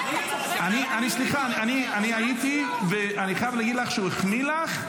אני הייתי, ואני חייב להגיד לך שהוא החמיא לך.